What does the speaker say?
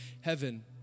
heaven